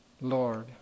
Lord